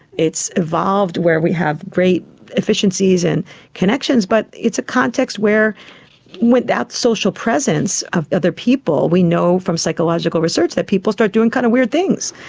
evolved where we have great efficiencies and connections, but it's a context where without social presence of other people we know from psychological research that people start doing kind of weird things.